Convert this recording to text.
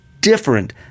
different